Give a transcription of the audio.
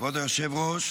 כבוד היושב-ראש,